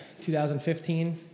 2015